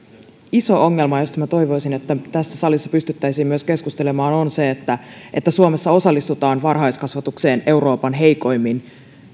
iso ongelma josta minä toivoisin että tässä salissa pystyttäisiin myös keskustelemaan on se että että suomessa osallistutaan varhaiskasvatukseen euroopan heikoimmin